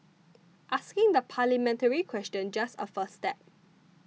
asking the parliamentary question just a first step